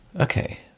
Okay